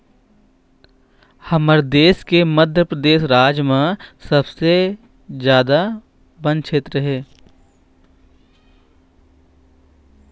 हमर देश के मध्यपरेदस राज म सबले जादा बन छेत्र हे